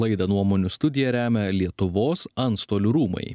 laida nuomonių studija remia lietuvos antstolių rūmai